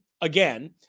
again